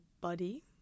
buddy